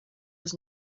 was